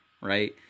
right